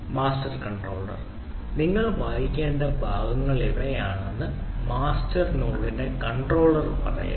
master controller നിങ്ങൾ വായിക്കേണ്ട ഭാഗങ്ങളാണിവയെന്ന് മാസ്റ്റർ നോഡിന്റെ കൺട്രോളർ പറയുന്നു